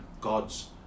God's